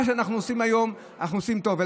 מה שאנחנו עושים היום, אנחנו עושים טוב.